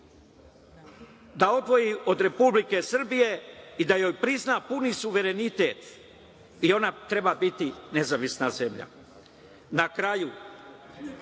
da odvoji od Republike Srbije i da joj prizna puni suverenitet i ona treba biti nezavisna zemlja“.Na kraju,